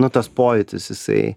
nu tas pojūtis jisai